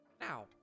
Now